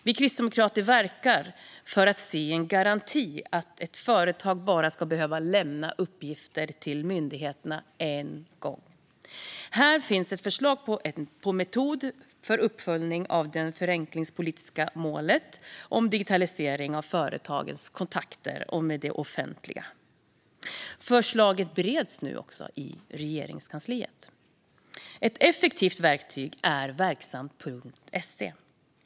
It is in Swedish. Vi kristdemokrater verkar för en garanti om att ett företag bara ska behöva lämna uppgifter till myndigheter en gång. Här finns ett förslag på metod för uppföljning av det förenklingspolitiska målet om digitalisering av företagens kontakter med det offentliga. Förslaget bereds nu i Regeringskansliet. Ett effektivt verktyg är Verksamt.se.